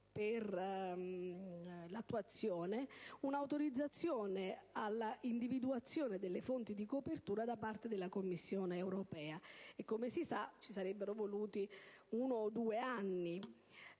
aspettare un'autorizzazione alla individuazione delle fonti di copertura da parte della Commissione europea e, come si sa, ci sarebbero voluti uno o due anni.